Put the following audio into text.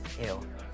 Ew